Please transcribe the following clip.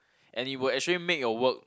and it will actually make your work